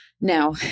Now